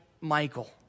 Michael